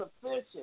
sufficient